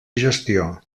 gestió